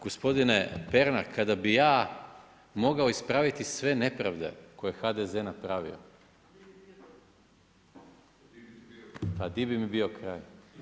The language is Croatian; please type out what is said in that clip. Gospodine Pernar, kada bi ja mogao ispraviti sve nepravde koje je HDZ napravio, pa di bi mi bio kraj?